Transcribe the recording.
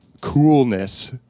coolness